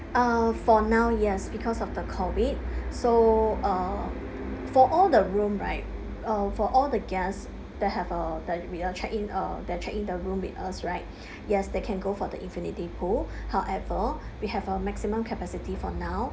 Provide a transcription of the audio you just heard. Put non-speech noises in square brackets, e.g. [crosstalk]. uh for now yes because of the COVID so uh for all the room right uh for all the guests that have uh that will check in uh that check in the room with us right [breath] yes they can go for the infinity pool however we have a maximum capacity for now